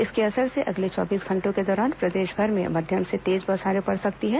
इसके असर से अगले चौबीस घंटों के दौरान प्रदेशभर में मध्यम से तेज बौछारे पड़ सकती हैं